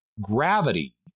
Gravity